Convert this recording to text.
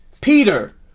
Peter